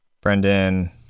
Brendan